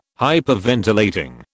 hyperventilating